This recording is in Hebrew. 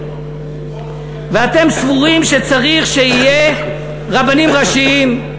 ואתם סבורים שצריך שיהיו רבנים ראשיים,